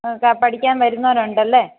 ആ പഠിക്കാൻ വരുന്നവരുണ്ടല്ലേ